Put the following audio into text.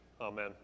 Amen